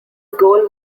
goal